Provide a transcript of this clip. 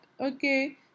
okay